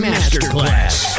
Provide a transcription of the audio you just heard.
Masterclass